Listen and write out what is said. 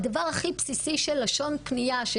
הדבר הכי בסיסי של לשום פנייה,